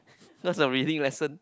cause of reading lesson